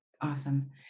awesome